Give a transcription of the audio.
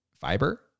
fiber